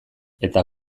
eta